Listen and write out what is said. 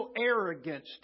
arrogance